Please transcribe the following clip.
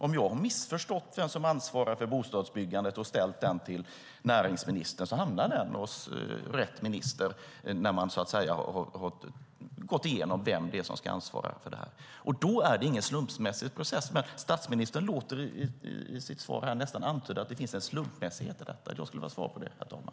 Om jag har missförstått vem som ansvarar för bostadsbyggandet och ställt interpellationen till näringsministern hamnar den hos rätt minister när man har gått igenom vem det är som ansvarar för det här. Då är det ingen slumpmässig process. Men statsministern låter i sitt svar här nästan antyda att det finns en slumpmässighet i detta. Jag skulle vilja ha svar på det, herr talman.